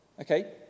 Okay